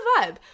vibe